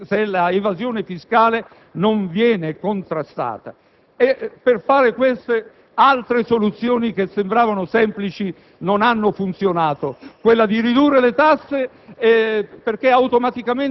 se l'evasione fiscale non viene contrastata? Forse ponendo in essere altre soluzioni che sembravano semplici ma non hanno funzionato come quella di ridurre le tasse